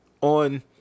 on